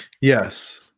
Yes